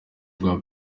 rwa